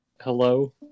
Hello